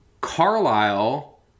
Carlisle